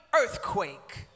earthquake